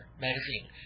Magazine